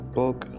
book